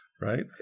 right